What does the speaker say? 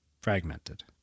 fragmented